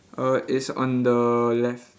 uh it's on the left